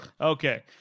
Okay